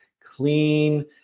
clean